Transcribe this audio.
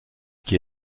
qui